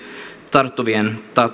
tarttuvien